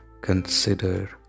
Consider